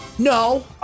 No